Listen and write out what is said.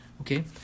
Okay